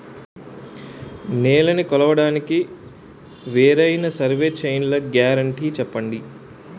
నేలనీ కొలవడానికి వేరైన సర్వే చైన్లు గ్యారంటీ చెప్పండి?